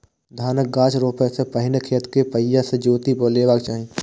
धानक गाछ रोपै सं पहिने खेत कें बढ़िया सं जोति लेबाक चाही